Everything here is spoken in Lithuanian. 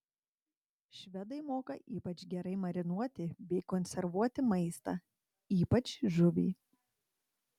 švedai moka ypač gerai marinuoti bei konservuoti maistą ypač žuvį